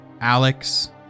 Alex